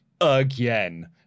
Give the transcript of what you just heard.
again